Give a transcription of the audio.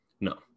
No